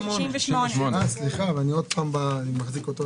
על